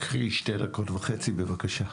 בבקשה.